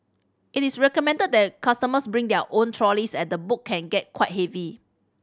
it is recommended that customers bring their own trolleys as the book can get quite heavy